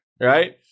right